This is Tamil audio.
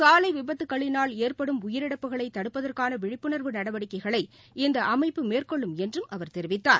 சாலைவிபத்துக்களினால் ஏற்படும் உயிரிழப்புகளைதடுப்பதற்கானவிழிப்புணர்வு நடவடிக்கைகளை இந்தஅமைப்பு மேற்கொள்ளும் என்றும் அவர் தெரிவித்தார்